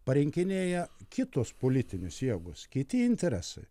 parinkinėja kitos politinės jėgos kiti interesai